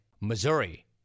Missouri